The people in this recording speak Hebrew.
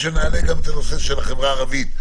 כשנעלה את הנושא של החברה הערבית.